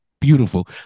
beautiful